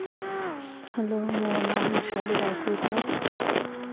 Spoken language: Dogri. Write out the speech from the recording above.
हैलो मेरा नाम शालू राजपूत ऐ